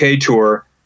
tour